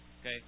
Okay